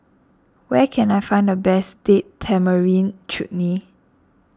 where can I find the best Date Tamarind Chutney